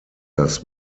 das